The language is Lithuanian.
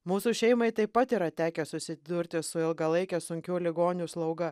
mūsų šeimai taip pat yra tekę susidurti su ilgalaike sunkių ligonių slauga